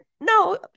no